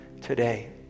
today